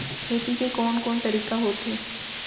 खेती के कोन कोन तरीका होथे?